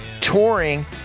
touring